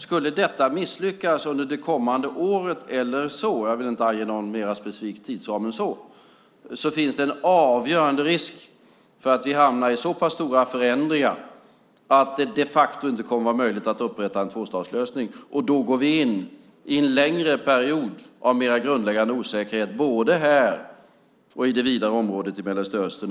Skulle detta misslyckas under det kommande året eller så - jag vill inte ange någon mer specifik tidsram - finns det en avgörande risk för att vi hamnar i så stora förändringar att det de facto inte kommer att vara möjligt att upprätta en tvåstatslösning. Då går vi in i en längre period av mer grundläggande osäkerhet både här och i det vidare området i Mellanöstern.